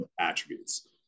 attributes